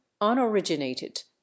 unoriginated